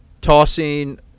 tossing